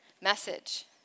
message